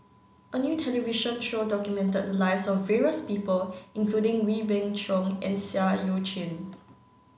a new television show documented the lives of various people including Wee Beng Chong and Seah Eu Chin